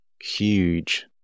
huge